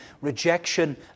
rejection